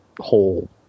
whole